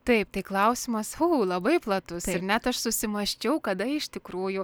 taip tai klausimas fu labai platus ir net aš susimąsčiau kada iš tikrųjų